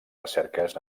recerques